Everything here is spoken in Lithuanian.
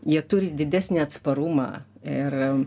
jie turi didesnį atsparumą ir